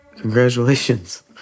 Congratulations